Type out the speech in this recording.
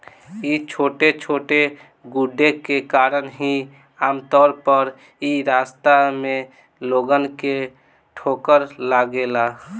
इ छोटे छोटे गड्ढे के कारण ही आमतौर पर इ रास्ता में लोगन के ठोकर लागेला